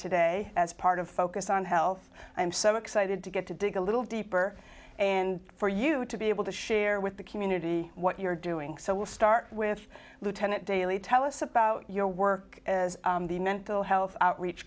today as part of focus on health i'm so excited to get to dig a little deeper and for you to be able to share with the community what you're doing so we'll start with lieutenant daley tell us about your work as the mental health outreach